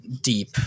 deep